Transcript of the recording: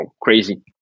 crazy